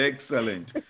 Excellent